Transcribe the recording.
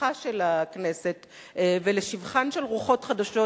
לשבחה של הכנסת ולשבחן של רוחות חדשות,